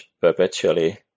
perpetually